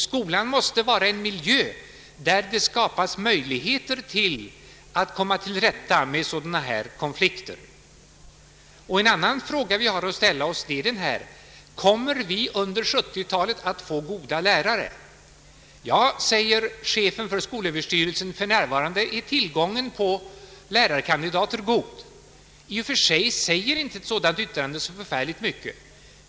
Skolan måste vara en miljö där det skapas möjligheter att komma till rätta med sådana här konflikter. En annan fråga vi har att ställa oss är: Kommer vi under 1970-talet att få goda lärare? Ja, säger chefen för skolöverstyrelsen, för närvarande är tillgången på lärarkandidater god. I och för sig säger ett sådant yttrande inte så förfärligt mycket.